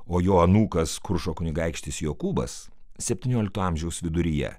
o jo anūkas kuršo kunigaikštis jokūbas septyniolikto amžiaus viduryje